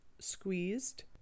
squeezed